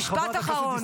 משפט אחרון.